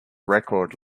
record